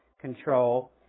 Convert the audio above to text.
control